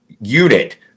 unit